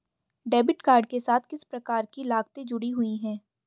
Debit card के साथ किस प्रकार की लागतें जुड़ी हुई हैं?